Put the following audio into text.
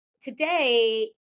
today